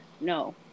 No